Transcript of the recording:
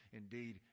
indeed